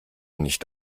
nicht